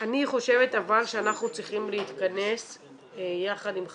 אבל אני חושבת שאנחנו צריכים להתכנס יחד עם חגי,